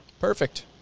Perfect